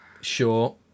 Sure